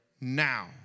now